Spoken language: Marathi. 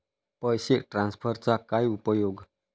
पैसे ट्रान्सफरचा काय उपयोग?